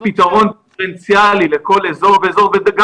פתרון דיפרנציאלי לכל אזור ואזור וגם